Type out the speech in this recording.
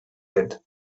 aides